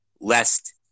lest